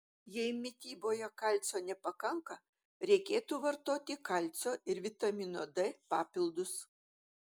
jei mityboje kalcio nepakanka reikėtų vartoti kalcio ir vitamino d papildus